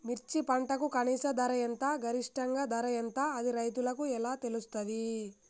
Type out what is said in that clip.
మిర్చి పంటకు కనీస ధర ఎంత గరిష్టంగా ధర ఎంత అది రైతులకు ఎలా తెలుస్తది?